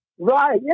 Right